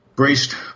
Braced